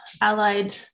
allied